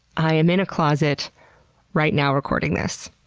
i am in a closet right now, recording this.